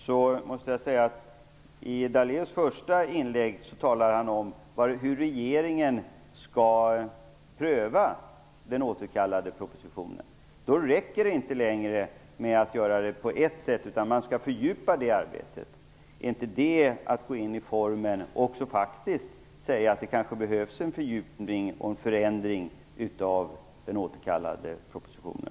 Han talade i sitt första inlägg om hur regeringen skall pröva den återkallade propositionen. Han menade att det inte längre räcker med att göra det på det föreslagna sättet, utan man skall fördjupa det arbetet. Är inte det att medge att det behövs en förändring i den återkallade propositionen?